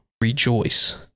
rejoice